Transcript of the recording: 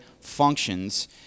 functions